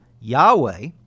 Yahweh